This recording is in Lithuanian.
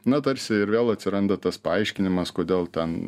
na tarsi ir vėl atsiranda tas paaiškinimas kodėl ten